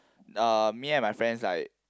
uh me and my friends like